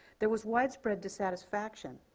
there was widespread dissatisfaction,